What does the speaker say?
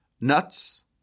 nuts